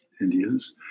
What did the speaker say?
Indians